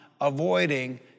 avoiding